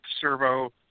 Servo